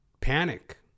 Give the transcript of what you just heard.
panic